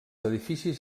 edificis